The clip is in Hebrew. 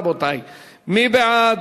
רבותי, מי בעד?